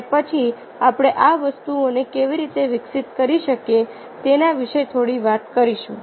અને પછી આપણે આ વસ્તુઓને કેવી રીતે વિકસિત કરી શકીએ તેના વિશે થોડી વાત કરીશું